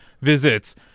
visits